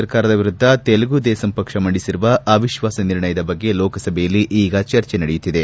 ಸರ್ಕಾರದ ವಿರುದ್ದ ತೆಲುಗು ದೇಸಂ ಪಕ್ಷ ಮಂಡಿಸಿರುವ ಅವಿಶ್ವಾಸ ನಿರ್ಣಯದ ಬಗ್ಗೆ ಲೋಕಸಭೆಯಲ್ಲಿ ಈಗ ಚರ್ಚೆ ನಡೆಯುತ್ತಿದೆ